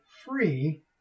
free